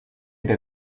der